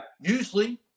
usually